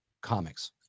comics